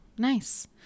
Nice